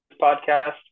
podcast